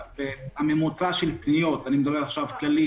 ממוצע הפניות הכללי